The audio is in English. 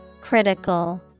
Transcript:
Critical